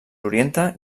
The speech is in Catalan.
orienta